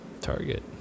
Target